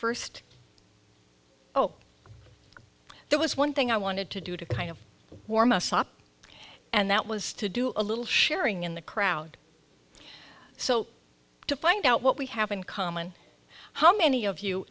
first oh there was one thing i wanted to do to kind of warm us up and that was to do a little sharing in the crowd so to find out what we have in common how many of you